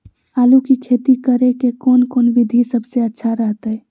आलू की खेती करें के कौन कौन विधि सबसे अच्छा रहतय?